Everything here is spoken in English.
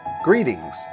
Greetings